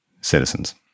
citizens